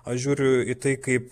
aš žiūriu į tai kaip